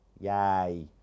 yay